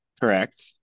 correct